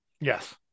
Yes